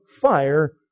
fire